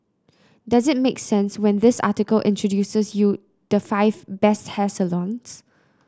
does it make sense when this article introduces you the five best hair salons